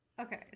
Okay